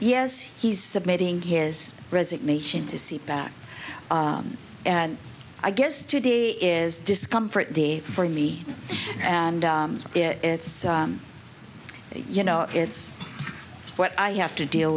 yes he's submitting his resignation to see back and i guess today is discomfort day for me and it's you know it's what i have to deal